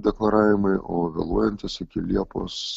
deklaravimai o vėluojantys iki liepos